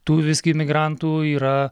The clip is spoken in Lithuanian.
tų visgi imigrantų yra